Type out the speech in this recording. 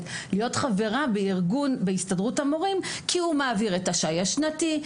להיות חברה בהסתדרות המורים כי היא מעבירה את השי השנתי,